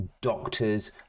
doctors